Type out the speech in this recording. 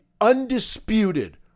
undisputed